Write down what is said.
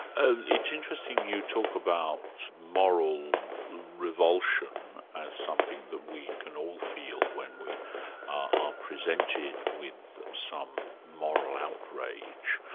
ah it's interesting you talk about moral revulsion as something that we can all feel when we are presented with some moral outrage,